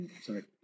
sorry